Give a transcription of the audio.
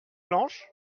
blanches